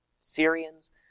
Syrians